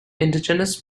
indigenous